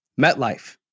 MetLife